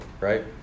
right